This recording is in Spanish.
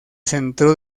centró